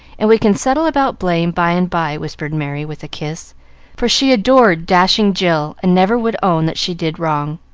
and we can settle about blame by and by, whispered merry with a kiss for she adored dashing jill, and never would own that she did wrong.